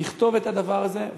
נכתוב את הדבר הזה,